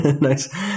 Nice